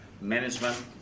management